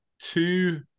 two